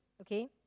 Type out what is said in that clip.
Okay